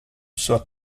sois